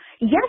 Yes